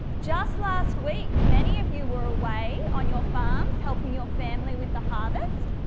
just last week many of you were away on your farms helping your family with the harvest,